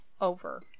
over